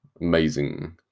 amazing